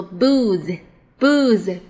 booze，booze